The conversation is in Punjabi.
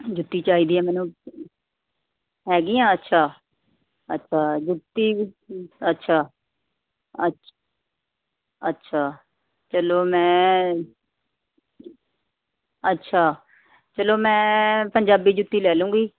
ਜੁੱਤੀ ਚਾਹੀਦੀ ਹੈ ਮੈਨੂੰ ਹੈਗੀਆਂ ਅੱਛਾ ਅੱਛਾ ਜੁੱਤੀ ਜੁੱ ਅੱਛਾ ਅੱਛ ਅੱਛਾ ਚੱਲੋ ਮੈਂ ਅੱਛਾ ਚੱਲੋ ਮੈਂ ਪੰਜਾਬੀ ਜੁੱਤੀ ਲੈ ਲੂੰਗੀ